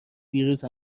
ویروس